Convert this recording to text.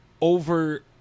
Over